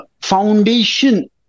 foundation